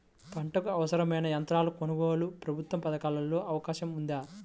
పంటకు అవసరమైన యంత్రాల కొనగోలుకు ప్రభుత్వ పథకాలలో అవకాశం ఉందా?